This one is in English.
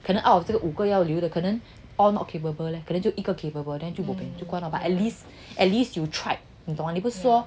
可能 out of 这个五个要留的可能 four not capable then 就一个 capable then 就不可以就关了 but at least at least you tried 你不是说